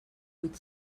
huit